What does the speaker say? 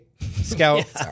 Scout